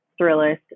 Thrillist